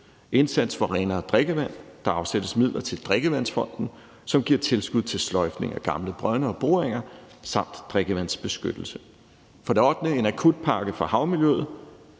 indsats for renere drikkevand. Der afsættes midler til Drikkevandsfonden, som giver tilskud til sløjfning af gamle brønde og boringer samt drikkevandsbeskyttelse. For det ottende kommer der en akutpakke for havmiljøet.